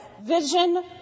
Vision